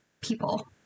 people